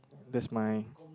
that's my